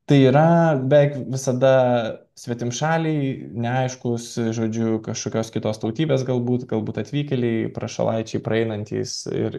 tai yra beveik visada svetimšaliai neaiškūs žodžiu kažkokios kitos tautybės galbūt galbūt atvykėliai prašalaičiai praeinantys ir